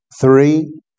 three